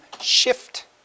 shift